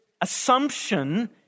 assumption